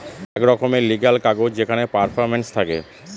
এক রকমের লিগ্যাল কাগজ যেখানে পারফরম্যান্স থাকে